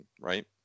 right